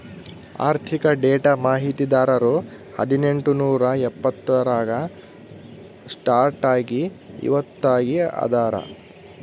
ಆರ್ಥಿಕ ಡೇಟಾ ಮಾಹಿತಿದಾರರು ಹದಿನೆಂಟು ನೂರಾ ಎಪ್ಪತ್ತರಾಗ ಸ್ಟಾರ್ಟ್ ಆಗಿ ಇವತ್ತಗೀ ಅದಾರ